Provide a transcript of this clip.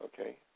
okay